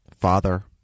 father